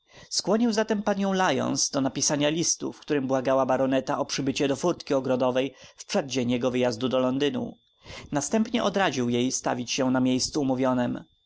skłonił zatem panią lyons do napisania listu w którym błagała baroneta o przybycie do furtki ogrodowej w przeddzień jego wyjazdu do londynu następnie odradził jej stawić się na miejscu umówionem